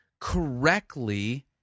correctly